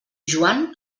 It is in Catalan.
joan